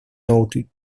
noted